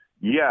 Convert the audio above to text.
Yes